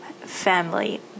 family